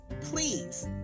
please